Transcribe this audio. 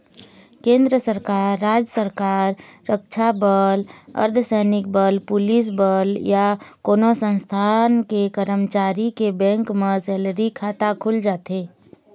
केंद्र सरकार, राज सरकार, रक्छा बल, अर्धसैनिक बल, पुलिस बल या कोनो संस्थान के करमचारी के बेंक म सेलरी खाता खुल जाथे